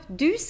du